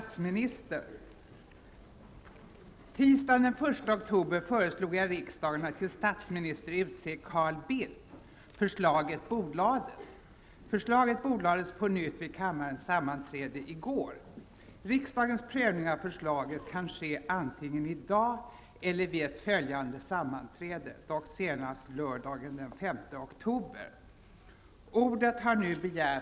Tisdagen den 1 oktober föreslog jag riksdagen att till statsminister utse Carl Bildt. Förslaget bordlades. Förslaget bordlades på nytt vid kammarens sammanträde i går. Riksdagens prövning av förslaget kan ske antingen i dag eller vid ett följande sammanträde, dock senast lördagen den 5 oktober.